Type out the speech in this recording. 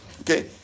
Okay